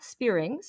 Spearings